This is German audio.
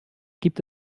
gibt